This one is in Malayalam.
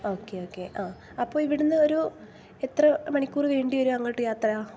ഓക്കേ ഓക്കേ ആ ഇവിടുന്നൊരു എത്ര മണിക്കൂറ് വേണ്ടി വരും അങ്ങോട്ട് യാത്ര